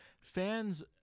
fans